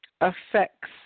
affects